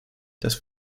dass